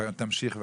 תמשיכי בבקשה.